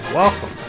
Welcome